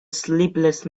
sleepless